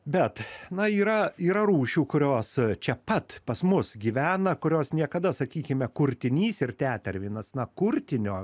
bet na yra yra rūšių kurios čia pat pas mus gyvena kurios niekada sakykime kurtinys ir tetervinas na kurtinio